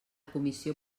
comissió